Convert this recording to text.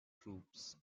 troops